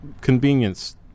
convenience